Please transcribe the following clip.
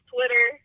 Twitter